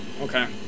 Okay